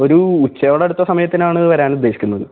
ഒരു ഉച്ചയോടടുത്ത സമയത്തിനാണ് വരാൻ ഉദ്ദേശിക്കുന്നത്